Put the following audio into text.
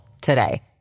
today